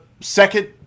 second –